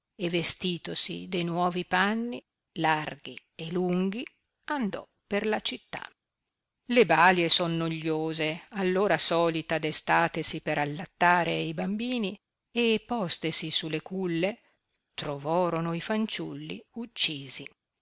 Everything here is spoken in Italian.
e vestitosi de nuovi panni larghi e lunghi andò per la città le balie sonnogliose all ora solita destatesi per allattare i bambini e postesi su le culle trovorono i fanciulli uccisi